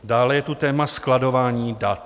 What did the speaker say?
Dále je tu téma skladování dat.